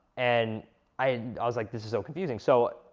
and i and i was like, this is so confusing so,